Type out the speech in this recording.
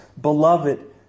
beloved